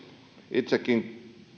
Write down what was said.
itsekin